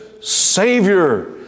Savior